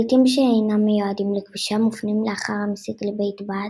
זיתים שאינם מיועדים לכבישה מופנים לאחר המסיק לבית בד,